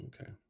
okay